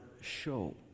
show